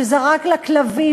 שזרק לכלבים,